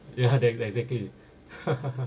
ya tha~ exactly